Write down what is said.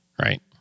Right